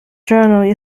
journal